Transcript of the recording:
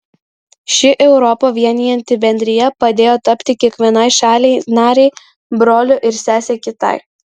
ši europą vienijanti bendrija padėjo tapti kiekvienai šaliai narei broliu ir sese kitai